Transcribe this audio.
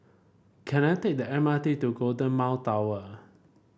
can I take the M R T to Golden Mile Tower